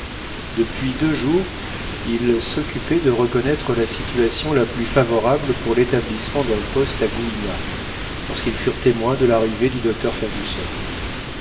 depuis deux jours ils s'occupaient de reconnaître la situation la plus favorable pour l'établissement d'un poste à gouina lorsqu'ils furent témoins de l'arrivée du docteur fergusson